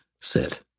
sit